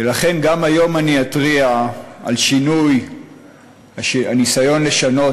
ולכן גם היום אני אתריע על הניסיון לשנות,